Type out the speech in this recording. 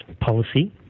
policy